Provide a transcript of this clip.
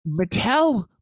Mattel